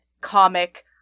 comic